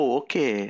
okay